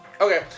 Okay